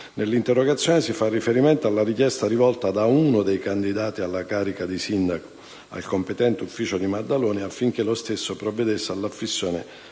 Nell'interrogazione si fa riferimento alla richiesta rivolta da uno dei candidati alla carica di sindaco al competente ufficio di Maddaloni affinché lo stesso provvedesse all'affissione